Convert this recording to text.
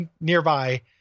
nearby